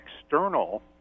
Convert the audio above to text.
external